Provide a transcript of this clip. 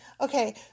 Okay